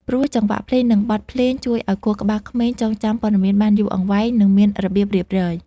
ព្រោះចង្វាក់ភ្លេង និងបទភ្លេងជួយឱ្យខួរក្បាលក្មេងចងចាំព័ត៌មានបានយូរអង្វែង និងមានរបៀបរៀបរយ។